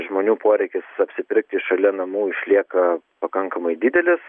žmonių poreikis apsipirkti šalia namų išlieka pakankamai didelis